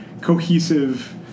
cohesive